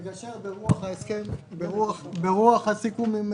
מגשר ברוח הסיכום עם